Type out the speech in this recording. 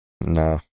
no